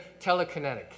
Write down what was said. telekinetic